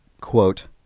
quote